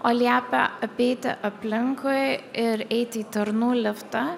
o liepia apeiti aplinkui ir eiti į tarnų liftą